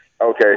Okay